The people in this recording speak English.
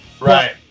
Right